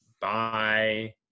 bye –